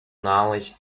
knowledge